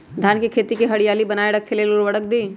धान के खेती की हरियाली बनाय रख लेल उवर्रक दी?